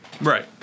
Right